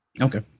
Okay